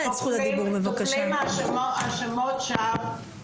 טופלים האשמות שווא.